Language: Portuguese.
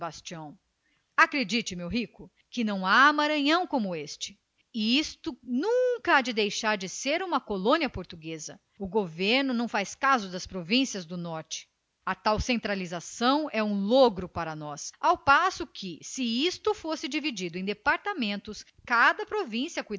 sebastião acredite meu rico que não há maranhão como este isto nunca deixará de ser uma colônia portuguesa o alto governo não faz caso das províncias do norte a tal centralização é um logro para nós ao passo que se isto fosse dividido em departamentos cada província